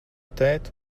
tēt